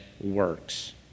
works